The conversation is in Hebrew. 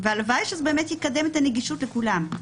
והלוואי שזה באמת יקדם את הנגישות לכולם.